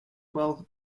well